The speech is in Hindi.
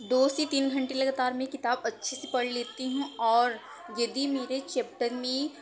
दो से तीन घंटे लगातार मैं किताब अच्छे से पढ़ लेती हूँ और यदि मेरे चेप्टर में